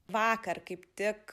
vakar kaip tik